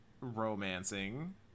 romancing